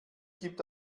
gibt